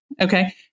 Okay